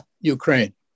Ukraine